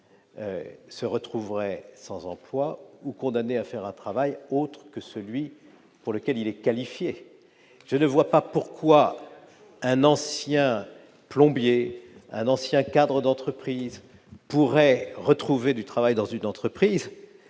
se retrouver sans emploi ou condamné à faire un travail autre que celui pour lequel il est qualifié ? Pourquoi un ancien plombier ou un ancien cadre d'entreprise pourraient-ils retrouver du travail dans une entreprise,